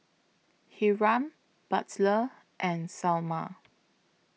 Hiram Butler and Selma